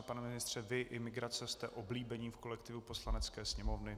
Pane ministře, vy i migrace jste oblíbení v kolektivu Poslanecké sněmovny.